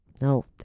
No